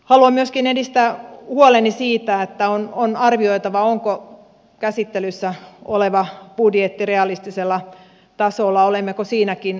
haluan myöskin nostaa esiin huoleni että on arvioitava onko käsittelyssä oleva budjetti realistisella tasolla olemmeko siinäkin ylioptimistisia